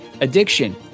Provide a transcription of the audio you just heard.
addiction